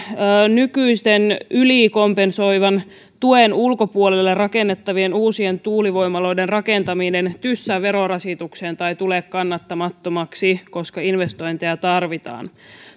nykyisen ylikompensoivan tuen ulkopuolelle rakennettavien uusien tuulivoimaloiden rakentaminen tyssää verorasitukseen tai tule kannattamattomaksi koska investointeja tarvitaan